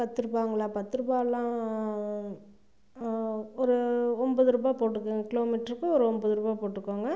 பத்து ருபாய்ங்களா பத்து ருபாய்லாம் ஒரு ஒன்பது ருபாய் போட்டுக்கோங்க கிலோமீட்டருக்கு ஒரு ஒன்பது ருபாய் போட்டுக்கோங்க